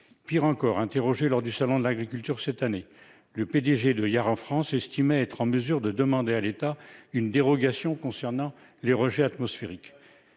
Pire encore, interrogé lors du salon de l'agriculture cette année, le PDG de Yara France estimait être en mesure de demander à l'État une dérogation concernant les rejets atmosphériques